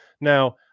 Now